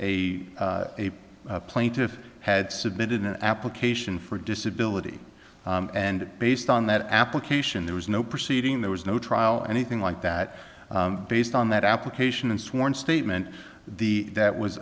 a plaintiff had submitted an application for disability and based on that application there was no proceeding there was no trial anything like that based on that application and sworn statement the that was